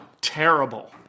terrible